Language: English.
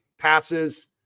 passes